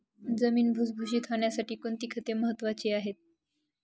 जमीन भुसभुशीत होण्यासाठी कोणती खते महत्वाची आहेत?